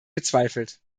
gezweifelt